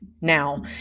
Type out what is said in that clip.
now